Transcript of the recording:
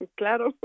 claro